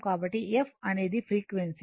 కాబట్టి F అనేది frequency